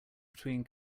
between